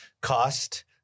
cost